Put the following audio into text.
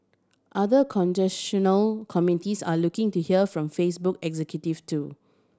other committees are looking to hear from Facebook executive too